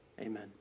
Amen